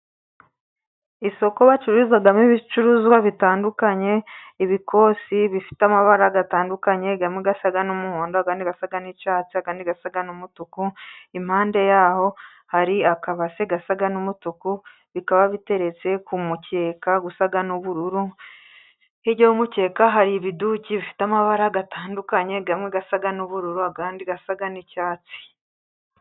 Isoko bacururizamo ibicuruzwa bitandukanye, ibikosi bifite amabara atandukanye, harimo asa n'umuhondo, andi asa n'icyatsi, andi asa n'umutuku, impande yaho hari akabase gasa n'umutuku. Bikaba biteretse ku mukeka usa n'ubururu, hirya y'umukeka hari ibiduki bifite amabara atandukanye, arimo asa n'ubururu, andi asa n'icyatsi.